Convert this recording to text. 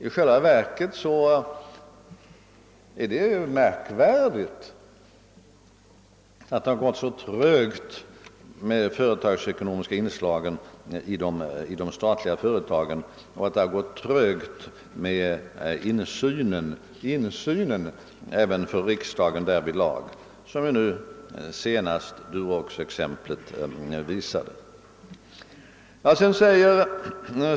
I själva verket är det märkvärdigt att det har gått så trögt med de företagsekonomiska inslagen i de statliga företagen och att det har gått trögt med insynen därvidlag även för riksdagen — något som Duroxexemplet senast visade.